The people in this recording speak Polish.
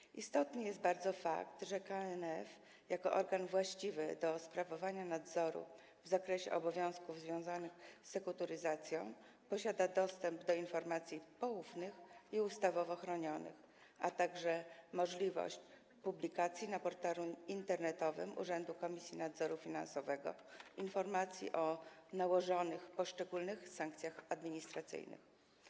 Bardzo istotny jest fakt, że KNF jako organ właściwy do sprawowania nadzoru w zakresie obowiązków związanych z sekurytyzacją posiada dostęp do informacji poufnych i ustawowo chronionych, a także możliwość publikacji na portalu internetowym Urzędu Komisji Nadzoru Finansowego informacji o nałożonych poszczególnych sankcjach administracyjnych.